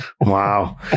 Wow